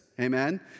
amen